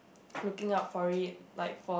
looking out for it like for